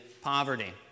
poverty